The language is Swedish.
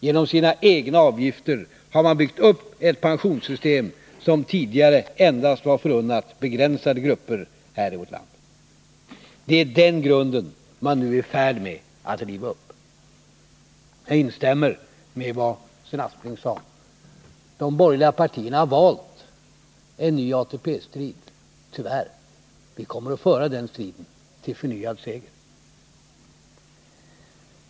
Genom sina Nr 54 egna avgifter har man byggt upp ett pensionssystem som tidigare endast var förunnat begränsade grupper här i vårt land. Det är den grunden som regeringen nu är i färd med att riva upp. Jag instämmer i vad Sven Aspling sade. De borgerliga partierna har valt en ny ATP-strid, tyvärr. Vi kommer att föra den striden till förnyad seger.